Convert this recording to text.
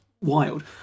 wild